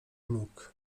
nóg